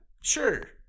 sure